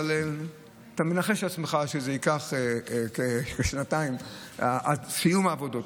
אבל אתה מנחש בעצמך שזה ייקח כשנתיים עד סיום העבודות.